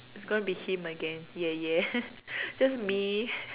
it's going to be him again yeah yeah just me